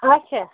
اَچھا